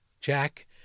Jack